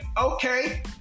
Okay